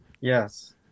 yes